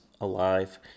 alive